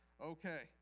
Okay